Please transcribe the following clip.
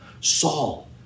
Saul